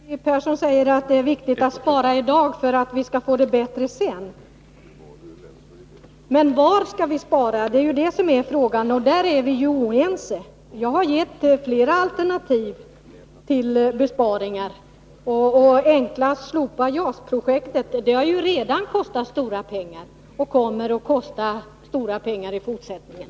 Herr talman! Maj Pehrsson säger att det är viktigt att spara i dag för att vi skall få det bättre sedan. Men var skall vi spara? Det är det som är frågan, och där är vi oense. Jag har gett flera alternativ till besparingar, och det enklaste sättet att spara är att slopa JAS-projektet, som redan har kostat stora pengar och kommer att göra det i fortsättningen.